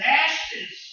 ashes